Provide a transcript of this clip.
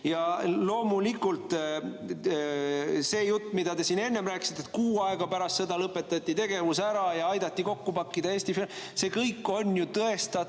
Ja loomulikult see jutt, mida te siin enne rääkisite, et kuu aega pärast seda lõpetati tegevus ja aidati kokku pakkida. See kõik on tõestatult